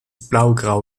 blaugrau